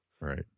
Right